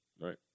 right